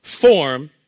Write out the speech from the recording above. form